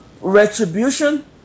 retribution